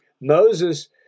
Moses